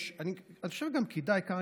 המתבקש, לא ייאמן, אני חושב שגם כדאי, קרעי,